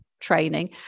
training